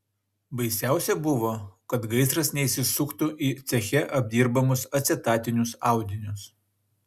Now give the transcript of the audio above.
baisiausia buvo kad gaisras neįsisuktų į ceche apdirbamus acetatinius audinius